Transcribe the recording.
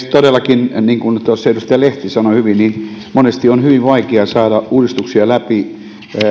todellakin niin kuin edustaja lehti sanoi hyvin monesti on hyvin vaikea saada uudistuksia läpi